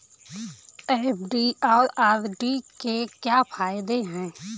FD और RD के क्या फायदे हैं?